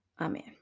Amen